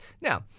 Now